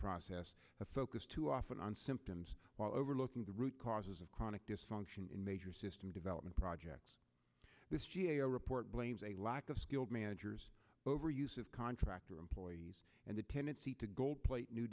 process the focus too often on symptoms while overlooking the root causes of chronic dysfunction in major system development project this g a o report blames a lack of skilled managers over use of contractor employees and the tendency to gold plate new